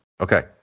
Okay